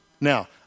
Now